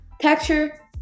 texture